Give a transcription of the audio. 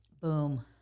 boom